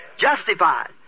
Justified